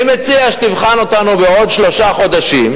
אני מציע שתבחן אותנו בעוד שלושה חודשים.